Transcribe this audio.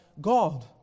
God